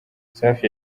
safi